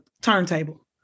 turntable